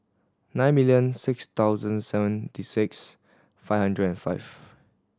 nine million six thousand seventy six five hundred and five